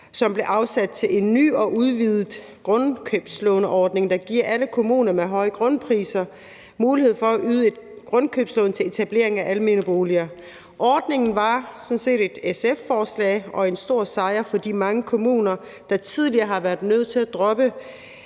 som blev afsat til en ny og udvidet grundkøbslåneordning, der giver alle kommuner med høje grundpriser mulighed for at yde et grundkøbslån til etablering af almene boliger. Ordningen var sådan set et SF-forslag og er en stor sejr for de mange kommuner, der tidligere har været nødt til at droppe